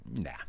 Nah